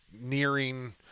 nearing